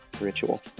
ritual